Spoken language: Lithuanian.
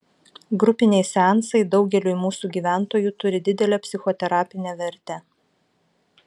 grupiniai seansai daugeliui mūsų gyventojų turi didelę psichoterapinę vertę